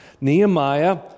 Nehemiah